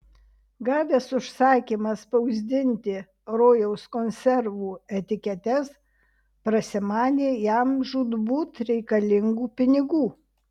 gavęs užsakymą spausdinti rojaus konservų etiketes prasimanė jam žūtbūt reikalingų pinigų